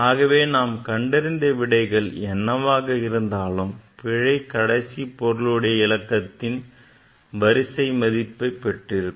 ஆகவே நாம் கண்டறிந்த விடை என்னவாக இருந்தாலும் பிழை கடைசி பொருளுடைய இலக்கத்தின் வரிசை மதிப்பைப் பெற்று இருக்கும்